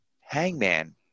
Hangman